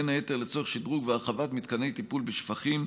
בין היתר לצורך שדרוג והרחבת מתקני טיפול בשפכים,